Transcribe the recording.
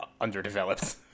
underdeveloped